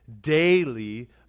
daily